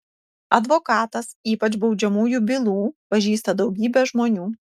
advokatas ypač baudžiamųjų bylų pažįsta daugybę žmonių